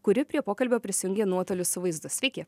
kuri prie pokalbio prisijungė nuotoliu su vaizdu sveiki